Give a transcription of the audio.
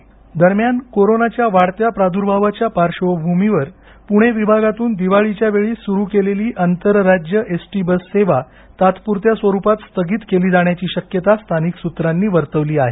दरम्यान दरम्यान कोरोनाच्या वाढत्या प्रादुर्भावाच्या पार्श्वभूमीवर पुणे विभागातून दिवाळीच्या वेळी सुरु केलेली आंतरराज्य एस टी बस सेवा तात्पुरत्या स्वरूपात स्थगित केली जाण्याची शक्यता स्थानिक सूत्रांनी वर्तवली आहे